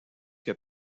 que